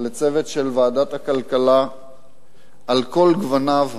לצוות של ועדת הכלכלה על כל גווניו,